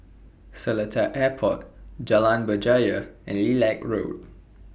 Seletar Airport Jalan Berjaya and Lilac Road